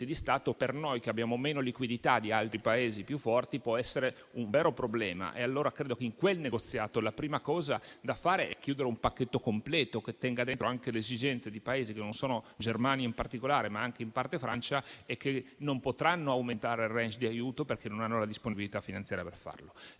di Stato per noi, che abbiamo meno liquidità di altri Paesi più forti, può essere un vero problema. Credo allora che in quel negoziato la prima cosa da fare sia chiudere un pacchetto completo che tenga dentro anche le esigenze di Paesi quali la Germania in particolare e, in parte, la Francia, che non potranno aumentare il *range* di aiuto, perché non hanno la disponibilità finanziaria per farlo.